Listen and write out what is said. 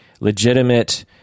legitimate